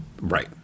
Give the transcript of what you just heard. Right